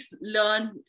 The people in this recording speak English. learn